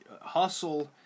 Hustle